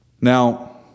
now